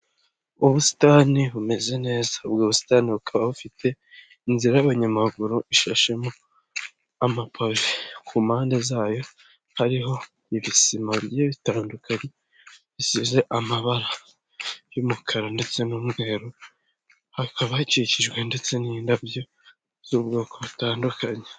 Ubusitani bumeze neza, ubwo busitani bukaba bufite inzira y'abanyamaguru ishamo amapave, ku mpande zayo hariho ibisima bitandukanye, bisize amabara y'umukara ndetse n'umweru, hakaba hakikijwe ndetse n'indabyo z'ubwoko butandukanye.